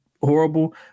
horrible